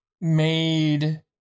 made